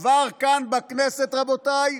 הוא עבר כאן בכנסת, רבותיי,